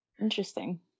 Interesting